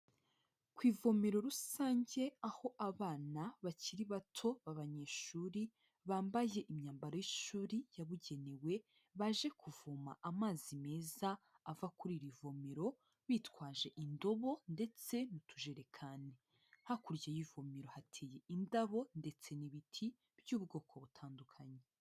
Ku ivomero rusange aho abana bakiri bato b'abanyeshuri, bambaye imyambaro y'ishuri yabugenewe baje kuvoma amazi meza ava kuri iri vomero bitwaje indobo ndetse n'ujerekani. Hakurya y'ivomero hateye indabo ndetse n'ibiti by'ubwoko butandukanye.